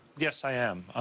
yes, i am.